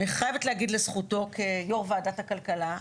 אני חייבת להגיד לזכותו כיושב-ראש ועדת הכלכלה,